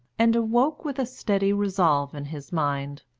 and awoke with a steady resolve in his mind.